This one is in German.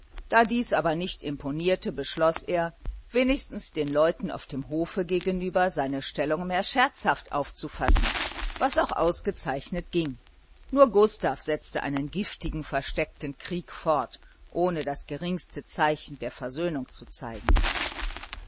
da dies aber nicht imponierte beschloß er wenigstens den leuten auf dem hofe gegenüber seine stellung mehr scherzhaft aufzufassen was auch ausgezeichnet ging nur gustav setzte einen giftigen versteckten krieg fort ohne das geringste zeichen der versöhnung zu zeigen